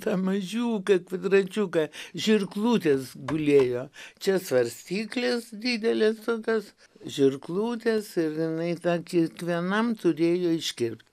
tą mažiuką kvadračiuką žirklutės gulėjo čia svarstyklės didelės tokios žirklutės ir jinai tą kiekvienam turėjo iškirpt